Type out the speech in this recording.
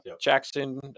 Jackson